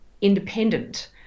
independent